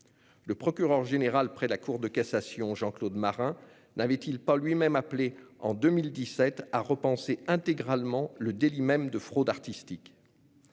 Le procureur général près la Cour de cassation, Jean-Claude Marin, n'avait-il pas lui-même appelé, en 2017, à repenser intégralement le délit même de fraude artistique ?